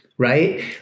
right